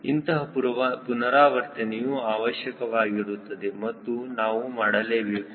ಇಂತಹ ಪುನರಾವರ್ತನೆಯು ಅವಶ್ಯಕವಾಗಿರುತ್ತದೆ ಮತ್ತು ನಾವು ಮಾಡಲೇಬೇಕು